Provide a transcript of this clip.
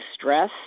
Stress